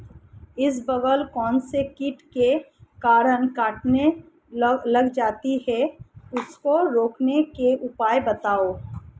इसबगोल कौनसे कीट के कारण कटने लग जाती है उसको रोकने के उपाय बताओ?